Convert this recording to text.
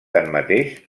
tanmateix